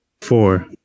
Four